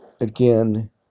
again